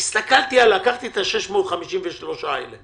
לקחתי את ה-653 הללו